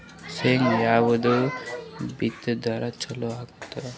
ಶೇಂಗಾ ಯಾವದ್ ಬಿತ್ತಿದರ ಚಲೋ ಆಗತದ?